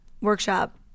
workshop